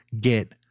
get